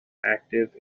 active